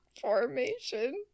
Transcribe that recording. formation